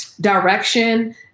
Direction